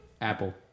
Apple